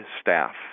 staff